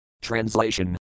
Translation